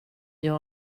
jag